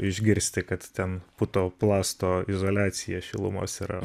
išgirsti kad ten putoplasto izoliacija šilumos yra